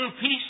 peace